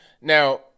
Now